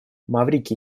маврикий